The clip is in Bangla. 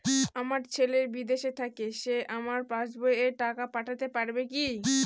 আমার ছেলে বিদেশে থাকে সে আমার পাসবই এ টাকা পাঠাতে পারবে কি?